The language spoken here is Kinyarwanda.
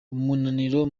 umunaniro